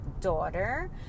daughter